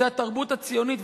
זו התרבות הציונית.